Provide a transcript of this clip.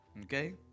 Okay